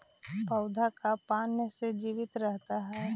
पौधा का पाने से जीवित रहता है?